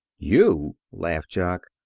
you! laughed jock.